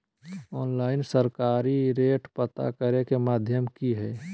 Online सरकारी rate पता करे के माध्यम की हय?